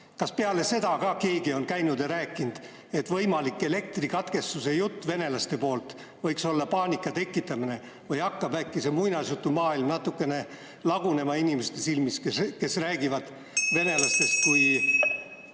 kas peale seda ka keegi on käinud ja rääkinud, et jutt võimalikust elektrikatkestusest venelaste poolt võiks olla paanika tekitamine, või hakkab äkki muinasjutumaailm natukene lagunema inimeste silmis (Juhataja helistab kella.),